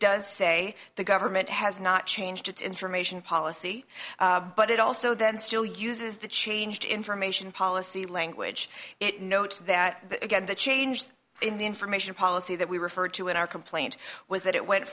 does say the government has not changed its information policy but it also then still uses the changed information policy language it notes that again that changed in the information policy that we referred to in our complaint was that it went